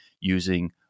using